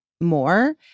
more